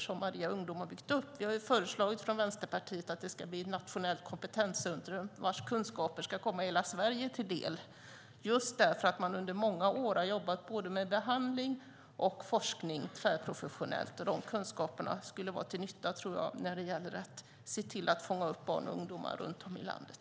Vi i Vänsterpartiet har föreslagit att Maria Ungdom ska bli ett nationellt kompetenscentrum vars kunskaper ska komma hela Sverige till del, just därför att man där under många år har jobbat med både behandling och forskning tvärprofessionellt. De kunskaperna skulle vara till nytta för att fånga barn och ungdomar runt om i landet.